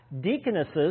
deaconesses